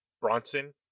Bronson